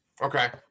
Okay